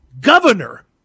Governor